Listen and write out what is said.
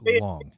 long